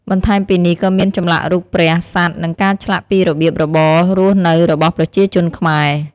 បន្ថែមពីនេះក៏មានចម្លាក់រូបព្រះ សត្វ និងការឆ្លាក់ពីរបៀបរបបរស់នៅរបស់ប្រជាជនខ្មែរ។